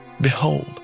Behold